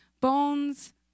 bones